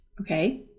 Okay